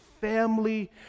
family